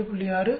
6 6